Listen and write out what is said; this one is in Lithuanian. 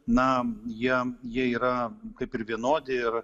na jie jie yra kaip ir vienodi ir